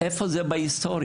איפה זה בהיסטוריה?